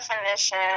definition